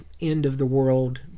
end-of-the-world